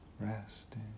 Resting